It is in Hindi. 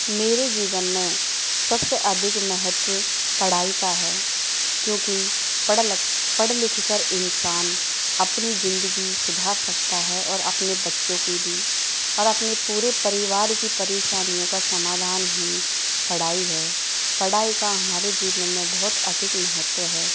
मेरे जीवन मे सबसे अधिक महत्व पढ़ाई का है क्योंकि पढ़ लक पढ़ लिख कर इंसान अपनी जिंदगी सुधार सकता है और अपने बच्चों की भी और अपने पूरे परिवार की परेशानियों का समाधान ही पढ़ाई है पढ़ाई का हमारे जीवन में बहुत अधिक महत्व है